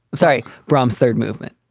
sorry. brahms third movement.